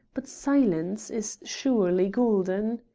but silence is surely golden.